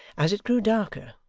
as it grew darker,